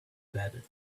bed